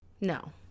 No